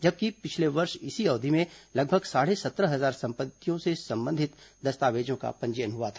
जबकि पिछले वर्ष इसी अवधि में लगभग साढ़े सत्रह हजार संपत्तियों से संबंधित दस्तावेजों का पंजीयन हुआ था